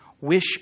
wish